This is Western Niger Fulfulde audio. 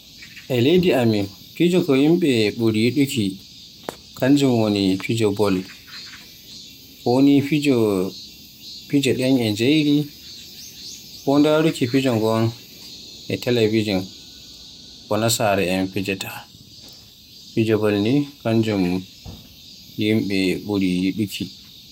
E leydi Amin fijo ko yimɓe ɓuri yudugo kanjum woni fijo bol, ko ni fijo ɗen e njayri, ko ndaruki fijo ndin e talabijin ko nasara'en fijaata. Fijo bol kanjum woni ko yimɓe ɓuri yuɗugo.